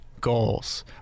goals